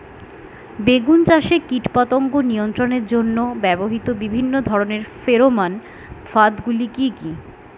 বেগুন চাষে কীটপতঙ্গ নিয়ন্ত্রণের জন্য ব্যবহৃত বিভিন্ন ধরনের ফেরোমান ফাঁদ গুলি কি কি?